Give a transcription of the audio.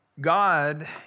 God